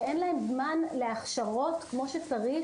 שאין להם זמן להכשרות כמו שצריך,